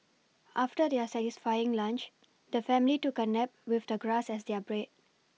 after their satisfying lunch the family took a nap with the grass as their brad